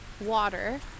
water